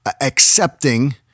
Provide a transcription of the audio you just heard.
accepting